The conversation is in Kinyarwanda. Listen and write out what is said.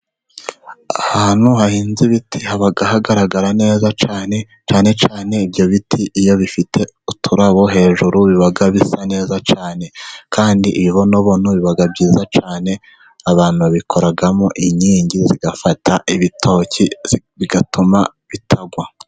Ahantu hahinze ibiti haba hagaragara neza cyane, cyane cane ibyo biti iyo bifite uturabo hejuru biba bisa neza cyane. Kandi ibibonobono biba byiza cyane, abantu babikoramo inkingi zigafata ibitoki zigatuma bitagwa.